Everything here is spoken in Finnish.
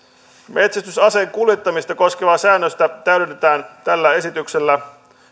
metsästysaseen kuljettamista koskevaa säännöstä täydennetään tällä esityksellä